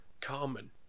Carmen